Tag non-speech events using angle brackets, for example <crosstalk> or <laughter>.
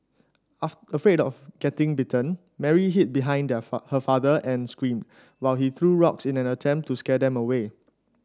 <unintelligible> afraid of getting bitten Mary hid behind <unintelligible> her father and screamed while he threw rocks in an attempt to scare them away